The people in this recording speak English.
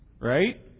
Right